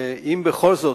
ואם בכל זאת,